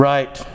Right